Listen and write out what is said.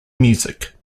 music